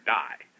die